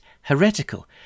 heretical